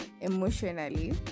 emotionally